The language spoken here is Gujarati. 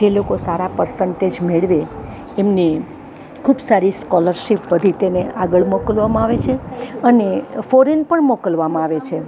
જે લોકો સારા પર્સન્ટેજ મેળવે એમને ખૂબ સારી સ્કોલરશીપ વધી તેને આગળ મોકલવામાં આવે છે અને ફોરેન પણ મોકલવામાં આવે છે